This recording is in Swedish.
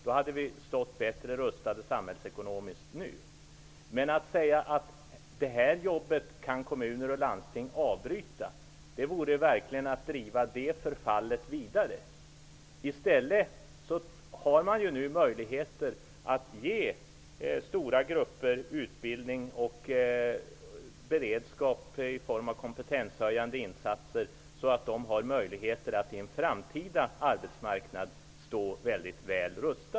Då hade vi stått bättre samhällsekonomiskt rustade nu. Att säga att kommuner och landsting kan avbryta detta jobb vore verkligen att driva förfallet vidare. I stället har man nu möjligheter att ge stora grupper utbildning och beredskap i form av kompetenshöjande insatser så att de kan stå väl rustade på en framtida arbetsmarknad.